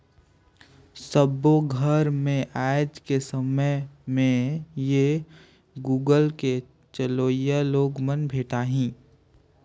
सबो घर मे आएज के समय में ये गुगल पे चलोइया लोग मन भेंटाहि